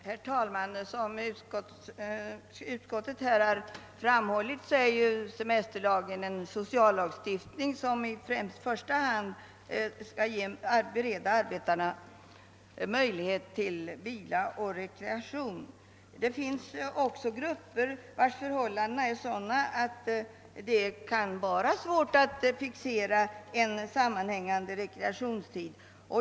Herr talman! Som utskottet här har framhållit är semesterlagen en sociallagstiftning. Semesterlagen skall i första hand bereda arbetstagarna möjlighet till vila och rekreation. Det finns också grupper, vilkas förhållanden är sådana att det kan vara svårt att för dem fixera en sammanhängande rekreationstid.